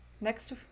Next